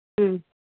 हम्म